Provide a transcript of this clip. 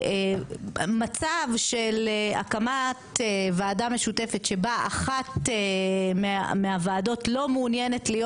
מצב של הקמת ועדה משותפת שבה אחת מהוועדות לא מעוניינת להיות